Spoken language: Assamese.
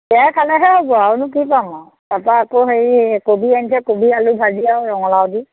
সেয়াই খালেহে হ'ব আৰু কি পাম আও তাৰপা আকৌ হেৰি কবি আনিছে কবি আলু ভাজি আৰু ৰঙালাও দি